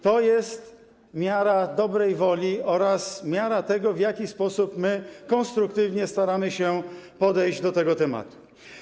To jest miara dobrej woli oraz miara tego, w jaki sposób, jak konstruktywnie staramy się podejść do tego tematu.